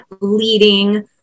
leading